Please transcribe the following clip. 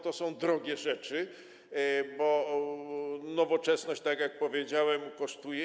To są drogie rzeczy, bo nowoczesność, tak jak powiedziałem, kosztuje.